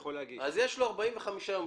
אז יש לו 45 יום,